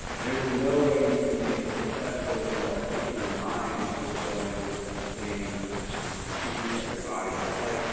there's no way you could be as successful as you are if your mind was going the same speed that your body is. like,